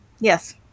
Yes